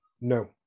No